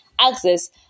access